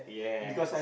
yes